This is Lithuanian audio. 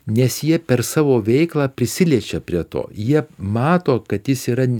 nes jie per savo veiklą prisiliečia prie to jie mato kad jis yra